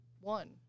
One